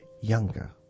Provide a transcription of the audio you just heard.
younger